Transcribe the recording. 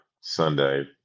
Sunday